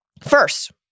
First